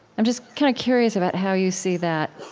i'm just kind of curious about how you see that,